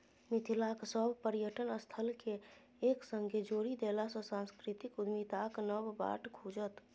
मिथिलाक सभ पर्यटन स्थलकेँ एक संगे जोड़ि देलासँ सांस्कृतिक उद्यमिताक नब बाट खुजत